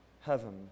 heaven